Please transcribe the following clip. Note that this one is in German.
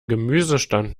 gemüsestand